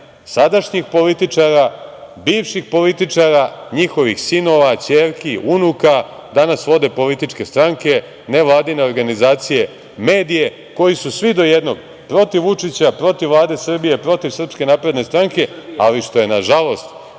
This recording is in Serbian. sadašnjih političara, bivših političara, njihovih sinova, ćerki, unuka danas vode političke stranke, nevladine organizacije, medije, koji su svi do jednog protiv Vučića, protiv Vlade Srbije, protiv SNS, ali što je, nažalost,